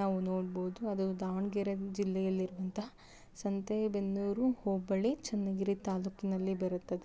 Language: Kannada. ನಾವು ನೋಡ್ಬೋದು ಅದು ದಾವಣಗೆರೆ ಜಿಲ್ಲೆಯಲ್ಲಿರುವಂಥ ಸಂತೆ ಬೆನ್ನೂರು ಹೋಬಳಿ ಚನ್ನಗಿರಿ ತಾಲೂಕಿನಲ್ಲಿ ಬರುತ್ತದೆ